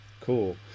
cool